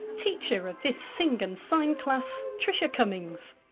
teacher of this sing and sign class, tricia cummings.